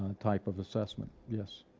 ah type of assessment, yes.